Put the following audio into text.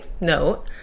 note